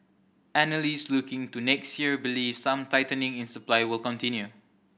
analysts looking to next year believe some tightening in supply will continue